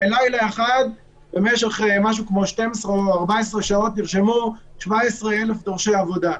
בלילה אחד תוך 12 או 14 שעות נרשמו 17,000 דורשי עבודה.